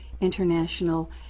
International